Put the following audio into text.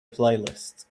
playlist